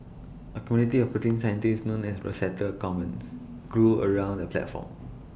A community of protein scientists known as Rosetta Commons grew around the platform